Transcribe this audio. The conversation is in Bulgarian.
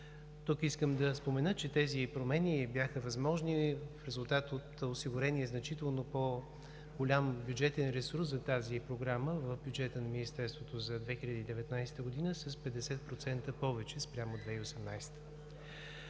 Тук искам да спомена, че тези промени бяха възможни в резултат от осигурения значително по-голям бюджетен ресурс за тази програма в бюджета на Министерството за 2019 г. – с 50% повече, спрямо 2018